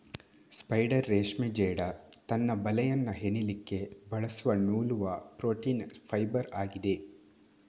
spider ರೇಷ್ಮೆ ಜೇಡ ತನ್ನ ಬಲೆಯನ್ನ ಹೆಣಿಲಿಕ್ಕೆ ಬಳಸುವ ನೂಲುವ ಪ್ರೋಟೀನ್ ಫೈಬರ್ ಆಗಿದೆ